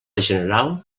general